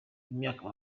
imyaka